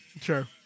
Sure